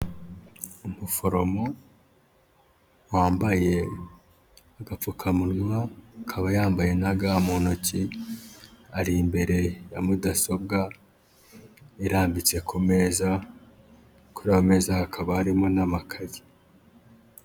Umuforomo wambaye agapfukamunwa, akaba yambaye na ga mu ntoki, ari imbere ya mudasobwa irambitse ku meza, kuri ayo meza hakaba harimo n'amakayi.